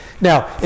Now